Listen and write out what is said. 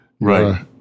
right